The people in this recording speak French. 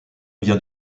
vient